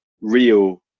real